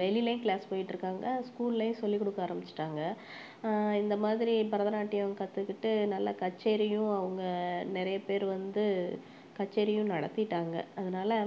வெளியிலயும் class போயிட்டிருக்காங்க ஸ்கூல்லையும் சொல்லி கொடுக்க ஆரமிச்சிட்டாங்க இந்த மாதிரி பரதநாட்டியம் கற்றுக்கிட்டு நல்லா கச்சேரியும் அவங்க நிறைய பேர் வந்து கச்சேரியும் நடத்திட்டாங்கள் அதனால